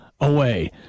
away